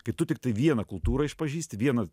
kai tu tiktai vieną kultūrą išpažįsti vieną